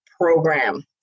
Program